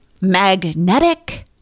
magnetic